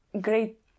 great